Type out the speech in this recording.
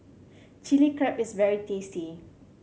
Chili Crab is very tasty